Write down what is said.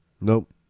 Nope